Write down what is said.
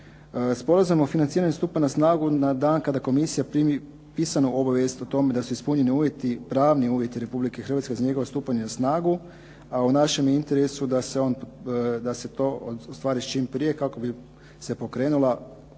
Sporazum o financiranju stupa na snagu na dan kada komisija primi pisanu obavijest o tome da su ispunjeni uvjeti, pravni uvjeti Republike Hrvatske za njegovo stupanje na snagu. A u našem je interesu da se on, da se to u stvari čim prije kako bi se pokrenula